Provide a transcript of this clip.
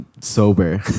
sober